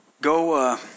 Go